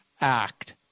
act